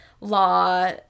law